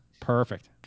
Perfect